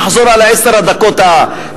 נחזור על מה שדיברתי בעשר הדקות האחרונות.